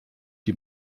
die